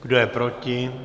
Kdo je proti?